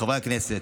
חברי הכנסת,